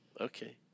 Okay